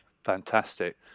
Fantastic